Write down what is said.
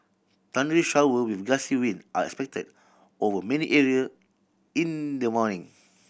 thundery shower with gusty wind are expected over many area in the morning